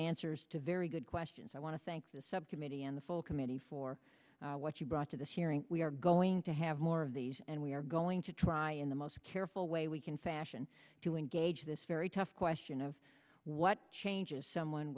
answers to very good questions i want to thank the subcommittee and the full committee for what you brought to this hearing we are going to have more of these and we are going to try in the most careful way we can fashion to engage this very tough question of what changes someone